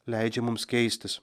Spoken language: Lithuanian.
leidžia mums keistis